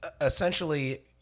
essentially